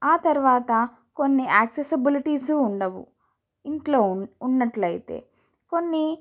ఆ తరువాత కొన్ని యాక్సెసబులిటీస్ ఉండవు ఇంట్లో ఉ ఉన్నట్లు అయితే కొన్ని